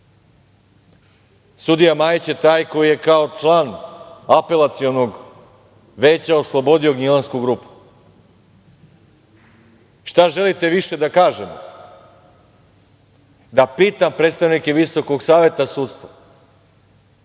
Majić je taj koji je kao član Apelacionog veća oslobodio Gnjilansku grupu. Šta želite više da kažemo da pitam predstavnike Visokog saveta sudstva